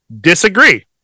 disagree